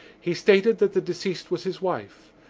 he stated that the deceased was his wife.